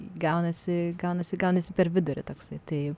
gaunasi gaunasi gaunasi per vidurį toksai tai